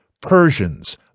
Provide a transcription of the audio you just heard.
Persians